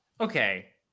okay